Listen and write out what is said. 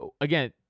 Again